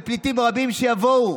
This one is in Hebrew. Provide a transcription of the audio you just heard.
עם פליטים רבים שיבואו,